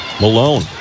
Malone